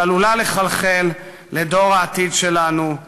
שעלולה לחלחל אל דור העתיד שלנו.